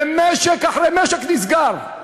ומשק אחרי משק נסגר.